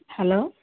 hello